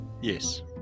Yes